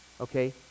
Okay